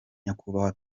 nyakubahwa